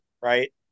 right